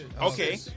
Okay